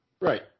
right